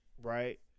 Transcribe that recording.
Right